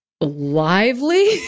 lively